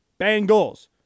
Bengals